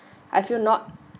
I feel not